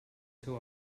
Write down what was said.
seu